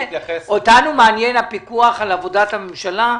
אותנו מעניין הפיקוח על עבודת הממשלה,